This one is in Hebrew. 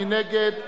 מי נגד?